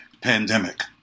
pandemic